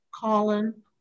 Colin